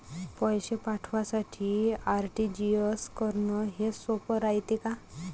पैसे पाठवासाठी आर.टी.जी.एस करन हेच सोप रायते का?